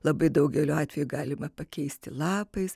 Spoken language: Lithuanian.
labai daugeliu atvejų galima pakeisti lapais